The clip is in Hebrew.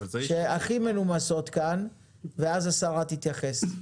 שהכי מנומסות כאן ואז השרה תתייחס.